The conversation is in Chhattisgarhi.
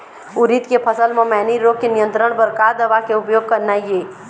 उरीद के फसल म मैनी रोग के नियंत्रण बर का दवा के उपयोग करना ये?